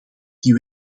die